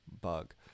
bug